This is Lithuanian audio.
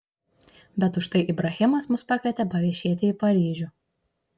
bet užtai ibrahimas mus pakvietė paviešėti į paryžių